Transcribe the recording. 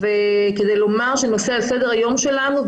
כדי לומר שהנושא על סדר היום שלנו.